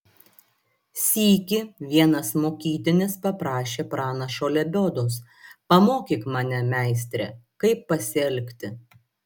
sykį vienas mokytinis paprašė pranašo lebiodos pamokyk mane meistre kaip pasielgti